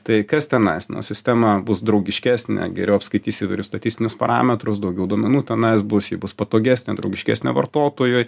tai kas tenais nu sistema bus draugiškesnė geriau apskaitys įvairius statistinius parametrus daugiau duomenų tenais bus ji bus patogesnė draugiškesnė vartotojui